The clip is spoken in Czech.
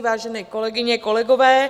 Vážené kolegyně, kolegové.